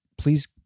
Please